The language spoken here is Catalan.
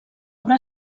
obra